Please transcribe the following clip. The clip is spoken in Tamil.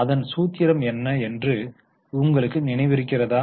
அதன் சூத்திரம் என்ன என்று உங்களுக்கு நினைவிருக்கிறதா